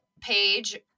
page